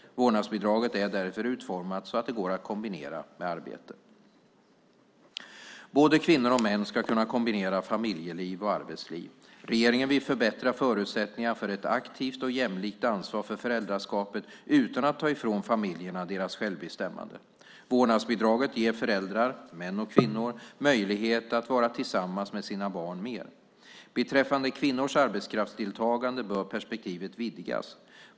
Vårdnadsbidraget är därför utformat så att det går att kombinera med arbete. Både kvinnor och män ska kunna kombinera familjeliv och arbetsliv. Regeringen vill förbättra förutsättningarna för ett aktivt och jämlikt ansvar för föräldraskapet utan att ta ifrån familjerna deras självbestämmande. Vårdnadsbidraget ger föräldrar - män och kvinnor - möjlighet att vara tillsammans med sina barn mer. Beträffande kvinnors arbetskraftsdeltagande bör perspektivet vidgas.